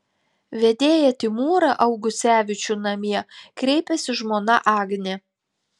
vedėją timūrą augucevičių namie kreipiasi žmona agnė